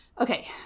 Okay